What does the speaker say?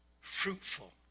fruitful